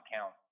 count